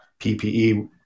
PPE